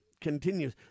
continues